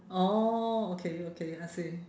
oh okay okay I see